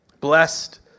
Blessed